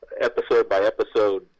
episode-by-episode